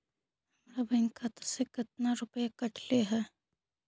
हमरा बैंक खाता से कतना रूपैया कटले है?